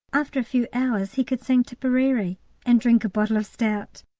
after a few hours he could sing tipperary and drink a bottle of stout!